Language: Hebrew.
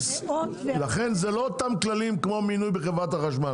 אותם כללים כמו מינוי בחברת החשמל,